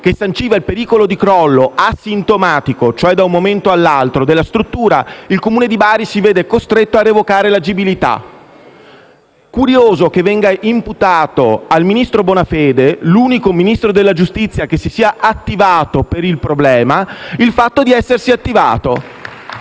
che sanciva il pericolo di crollo asintomatico - cioè da un momento all'altro - della struttura, il Comune di Bari si è visto costretto a revocare l'agibilità. Curioso che venga imputato al ministro Bonafede, l'unico Ministro della giustizia che si sia attivato per il problema, il fatto di essersi attivato.